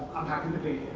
i'm happy to be